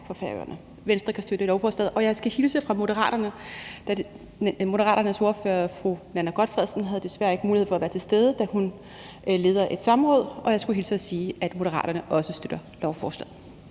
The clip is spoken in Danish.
på Færøerne. Venstre kan støtte lovforslaget, og jeg skal hilse fra Moderaterne. Moderaternes ordfører, fru Nanna W. Gotfredsen, havde desværre ikke mulighed for at være til stede, da hun leder et samråd, og jeg skulle hilse og sige, at Moderaterne også støtter lovforslaget.